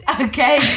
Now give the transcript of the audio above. Okay